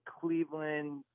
Cleveland